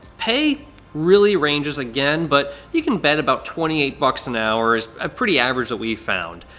pay really ranges again, but you can bet about twenty eight bucks an hour is a pretty average that we've found.